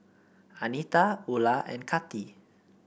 Anita Ula and Kati